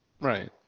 Right